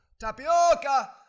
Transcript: Tapioca